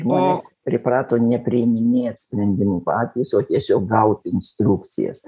žmonės priprato nepriiminėt sprendimų patys o tiesiog gauti instrukcijas